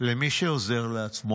למי שעוזר לעצמו.